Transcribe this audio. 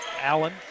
Allen